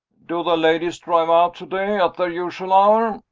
do the ladies drive out to-day at their usual hour?